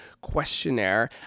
questionnaire